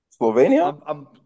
Slovenia